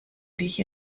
dich